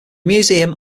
museum